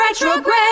retrograde